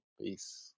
Peace